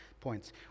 points